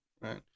Right